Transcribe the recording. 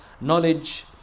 knowledge